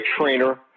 trainer